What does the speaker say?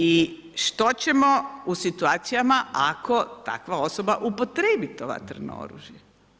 I što ćemo u situacijama ako takva osoba upotrijebi to vatreno oružje?